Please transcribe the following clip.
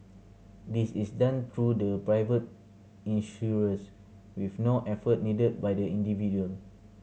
this is done through the private insurers with no effort needed by the individual